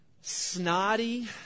snotty